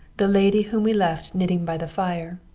the lady, whom we left knitting by the fire,